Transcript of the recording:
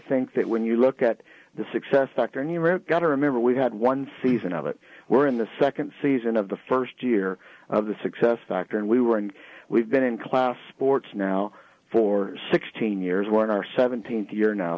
think that when you look at the success factor here it got to remember we had one season of it were in the second season of the first year of the success factor and we were and we've been in class sports now for sixteen years we're in our seventeenth year now